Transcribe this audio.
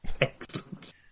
Excellent